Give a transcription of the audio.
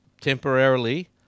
Temporarily